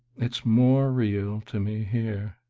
it's more real to me here